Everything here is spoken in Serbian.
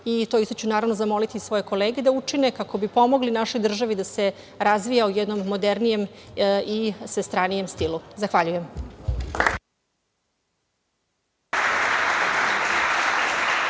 i to isto ću zamoliti i svoje kolege da učine, kako bi pomogli našoj državi da se razvija u jednom modernijem i svestranijem stilu. Zahvaljujem.